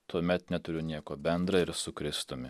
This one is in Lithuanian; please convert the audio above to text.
tuomet neturiu nieko bendra ir su kristumi